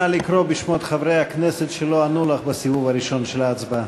נא לקרוא בשמות חברי הכנסת שלא ענו לך בסיבוב הראשון של ההצבעה.